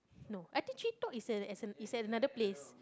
no I think three top is at ano~ is at another place